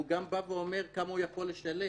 הוא גם בא ואומר כמה הוא יכול לשלם.